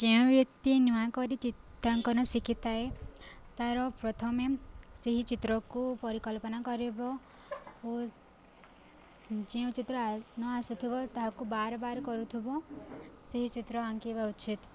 ଯେଉଁ ବ୍ୟକ୍ତି ନୂଆ କରି ଚିତ୍ରାଙ୍କନ ଶିଖିଥାଏ ତାର ପ୍ରଥମେ ସେହି ଚିତ୍ରକୁ ପରିକଳ୍ପନା କରିବ ଓ ଯେଉଁ ଚିତ୍ର ନ ଆସୁଥିବ ତାହାକୁ ବାର ବାର୍ କରୁଥିବ ସେହି ଚିତ୍ର ଆଙ୍କିବା ଉଚିତ